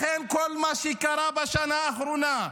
לכן כל מה שקרה בשנה האחרונה,